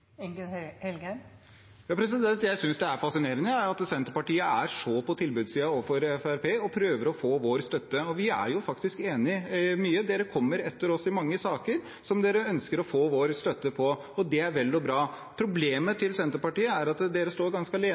Jeg synes det er fascinerende at Senterpartiet er så på tilbudssiden overfor Fremskrittspartiet og prøver å få vår støtte. Vi er jo faktisk enige i mye. Senterpartiet kommer etter oss i mange saker som de ønsker å få vår støtte til, og det er vel og bra. Problemet til Senterpartiet er at de står ganske alene